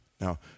Now